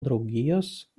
draugijos